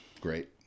Great